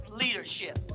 leadership